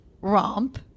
romp